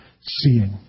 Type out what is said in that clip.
seeing